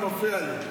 אתה מפריע לי.